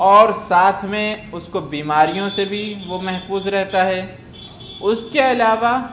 اور ساتھ میں اُس کو بیماریوں سے بھی وہ محفوظ رہتا ہے اُس کے علاوہ